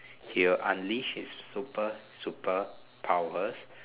he will unleash his super superpowers